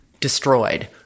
destroyed